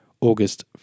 August